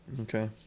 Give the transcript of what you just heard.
Okay